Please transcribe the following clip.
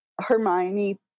Hermione